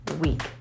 week